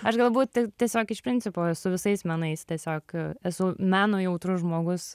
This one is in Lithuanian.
aš galbūt tiesiog iš principo su visais menais tiesiog esu meno jautrus žmogus